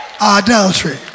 adultery